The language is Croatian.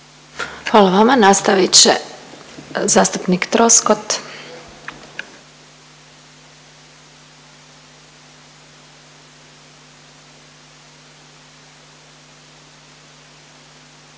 Hvala vama, nastavit će zastupnik Troskot.